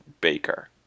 baker